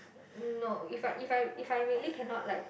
no if I if I if I really cannot like